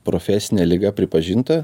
profesinė liga pripažinta